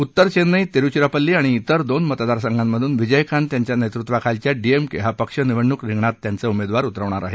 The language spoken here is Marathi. उत्तर चेन्नई तिरुचिरापल्ली आणि इतर दोन मतदारसंघांमधून विजयकांत यांच्या नेतृत्वाखालच्या डीएमडीके हा पक्ष निवडणूक रिंगणात त्यांचे उमेदवार उतरवणार आहे